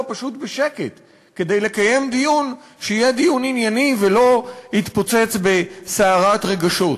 פשוט בשקט כדי לקיים דיון שיהיה דיון ענייני ולא יתפוצץ בסערת רגשות.